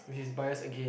which is bias again